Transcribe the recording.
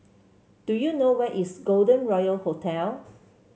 do you know where is Golden Royal Hotel